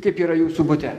kaip yra jūsų bute